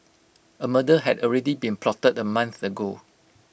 A murder had already been plotted A month ago